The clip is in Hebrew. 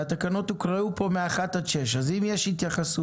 והתקנות הוקראו פה מ-1 עד 6, אז אם יש התייחסות